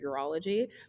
urology